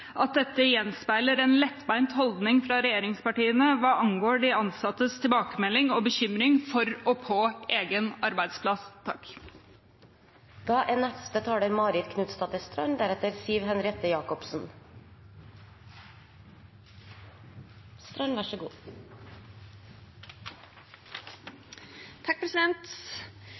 at dette gjenspeiler en lettbeint holdning fra regjeringspartienes side hva angår de ansattes tilbakemelding og bekymring for og på egen arbeidsplass. Representant etter representant fra Høyre og Fremskrittspartiet skryter av satsingen på politiet, og da